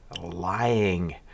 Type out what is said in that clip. lying